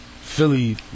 Philly